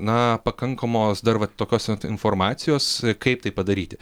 na pakankamos dar vat tokios at informacijos kaip tai padaryti